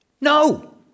No